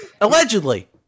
allegedly